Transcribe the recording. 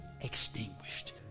extinguished